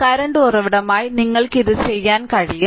current ഉറവിടമായി നിങ്ങൾക്ക് ഇത് ചെയ്യാൻ കഴിയും